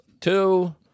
Two